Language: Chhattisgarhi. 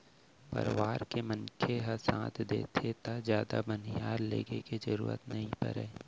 परवार के मनखे ह साथ देथे त जादा बनिहार लेगे के जरूरते नइ परय